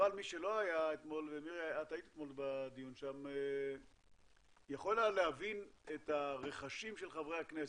אבל מי שלא היה אתמול יכול היה להבין את הרחשים של חברי הכנסת.